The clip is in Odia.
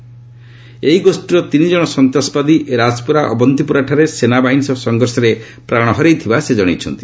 ସେ ଏହି ଗୋଷୀର ତିନି ଜଣ ସନ୍ତାସବାଦୀ ରାଜପୁରା ଅବନ୍ତିପୁରାଠାରେ ସେନାବାହିନୀ ସହ ସଂଘର୍ଷରେ ପ୍ରାଣ ହରାଇଛନ୍ତି